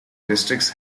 districts